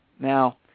Now